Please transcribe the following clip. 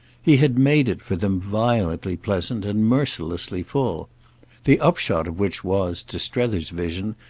he had made it for them violently pleasant and mercilessly full the upshot of which was, to strether's vision,